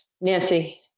Nancy